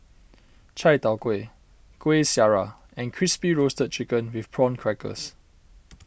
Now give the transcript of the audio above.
Chai Tow Kway Kueh Syara and Crispy Roasted Chicken with Prawn Crackers